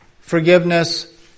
Forgiveness